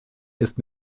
ist